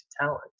talent